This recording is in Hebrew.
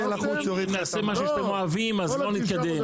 כל תשעה החודשים --- נעשה משהו שאתם אוהבים אז לא נתקדם.